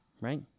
Right